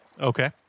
Okay